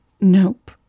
Nope